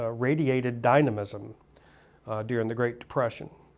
ah radiated dynamism during the great depression.